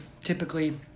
typically